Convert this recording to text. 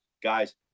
guys